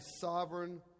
sovereign